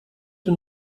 den